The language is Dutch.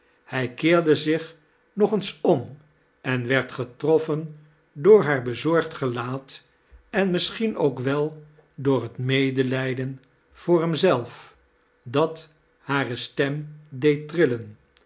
hij keerde zdch nog eens om en ward getroffen door haar bezorgd gelaat en aniisschien ook wel door het medelijden voor hem zelf da t hare stem